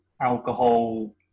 alcohol